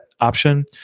option